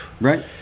Right